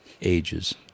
ages